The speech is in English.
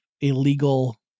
illegal